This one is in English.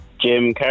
Jim